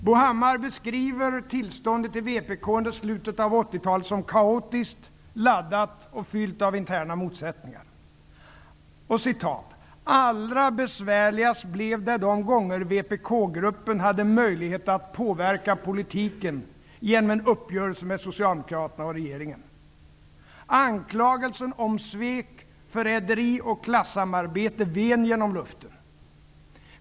Bo Hammar beskriver tillståndet inom vpk under slutet av 80 talet som kaotiskt, laddat och fyllt av interna motsättnigar. Han skriver: ''Allra besvärligast blev det de gånger vpk-gruppen hade möjlighet att påverka politiken genom en uppgörelse med socialdemokraterna och regeringen. Anklagelser om svek, förräderi och klassamarbete ven genom luften.